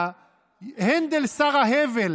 הנדל, שר ההבל